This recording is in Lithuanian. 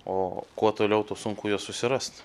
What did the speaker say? o kuo toliau tuo sunku juos susirast